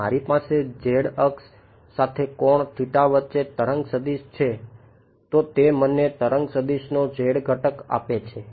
જો મારી પાસે Z અક્ષ સાથે કોણ થીતા વચ્ચે તરંગ સદિશ આપે છે